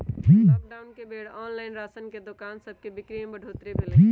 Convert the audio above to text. lockdown के बेर online ration के दोकान सभके बिक्री में बढ़ोतरी भेल हइ